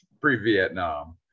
pre-Vietnam